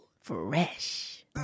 fresh